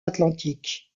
atlantiques